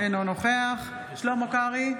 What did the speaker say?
אינו נוכח שלמה קרעי,